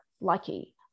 lucky